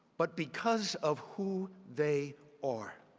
but because of who they are.